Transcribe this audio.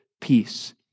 peace